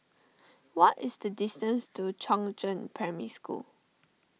what is the distance to Chongzheng Primary School